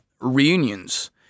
reunions